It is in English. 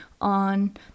on